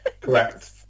Correct